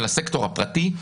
של הסקטור הפרטי,